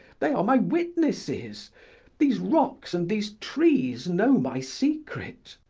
they are my witnesses these rocks and these trees know my secret.